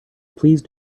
please